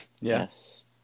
Yes